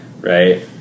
Right